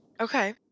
Okay